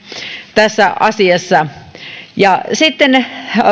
tässä asiassa sitten